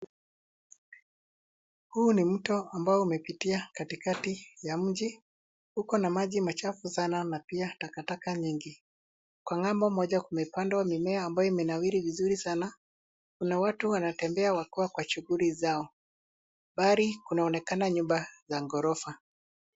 Huu ni mto ambao umepitia katikati ya mji. Uko na maji machafu sana na pia takataka nyingi. Kwa ng'ambo moja kumepandwa mimea ambayo imenawiri vizuri sana. Kuna watu wanatembea wakiwa kwa shughuli zao. Mbali kunaonekana nyumba za ghorofa.